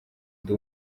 ndi